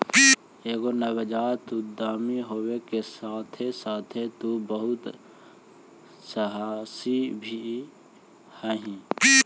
एगो नवजात उद्यमी होबे के साथे साथे तु बहुत सहासी भी हहिं